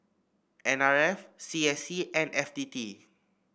N R F C S C and F T T